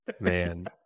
man